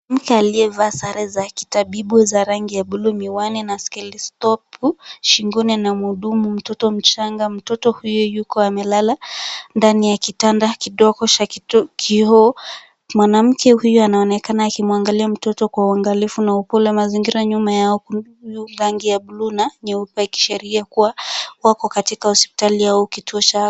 Mtu aliyevaa sare za kitabibu za rangi ya buluu, miwani na stethoskopu shingoni, anamhudumu mtoto mchanga. Mtoto huyu yuko amelala ndani ya kitanda kidogo cha kioo. Mwanamke huyo anaonekana akimwangalia mtoto kwa uangalifu na upole. Mazingira nyuma yao ni ya buluu na nyeupe ikiashiria kuwa wako katika hospitali au kituo cha afya.